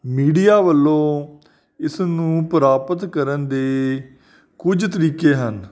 media ਵੱਲੋਂ ਇਸ ਨੂੰ ਪ੍ਰਾਪਤ ਕਰਨ ਦੇ ਕੁਝ ਤਰੀਕੇ ਹਨ